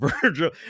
Virgil